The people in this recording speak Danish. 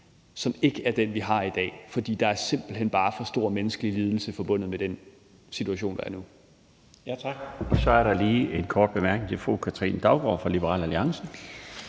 som ikke er den, vi har i dag, for der er simpelt hen bare for store menneskelige lidelser forbundet med den situation, der er nu. Kl. 20:02 Den fg. formand (Bjarne Laustsen): Tak. Så er der lige en kort bemærkning til fru Katrine Daugaard fra Liberal Alliance.